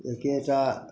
एक्केटा